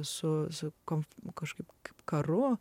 su zuko kažkaip karu